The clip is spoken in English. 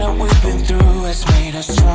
we've been through has made us